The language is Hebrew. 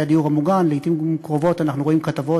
הדיור המוגן: לעתים קרובות אנחנו רואים כתבות,